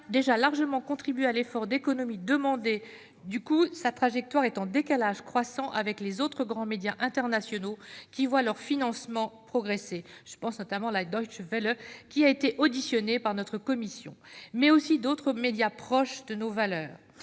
déjà largement contribué à l'effort d'économies demandé. De ce fait, sa trajectoire est en décalage croissant avec les autres grands médias internationaux qui voient leur financement progresser. Je pense notamment à la, dont le directeur général a été auditionné par notre commission, mais aussi à d'autres médias proches de nos valeurs.